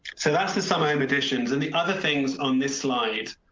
so that's the summer home additions and the other things on this slide